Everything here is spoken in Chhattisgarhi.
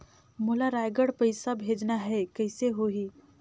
मोला रायगढ़ पइसा भेजना हैं, कइसे होही?